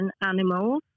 animals